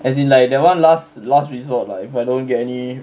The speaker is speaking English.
as in like that one last last resort lah if I don't get any